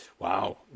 Wow